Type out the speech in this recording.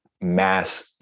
mass